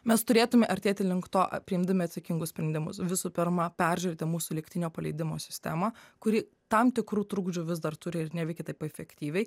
mes turėtume artėti link to priimdami atsakingus sprendimus visų pirma peržiūrėti mūsų lygtinio paleidimo sistemą kuri tam tikrų trukdžių vis dar turi ir neveikia taip efektyviai